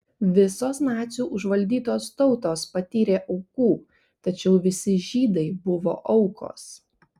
visos nacių užvaldytos tautos patyrė aukų tačiau visi žydai buvo aukos